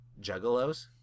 Juggalos